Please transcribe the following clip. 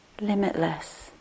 limitless